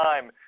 Time